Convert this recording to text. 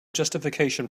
justification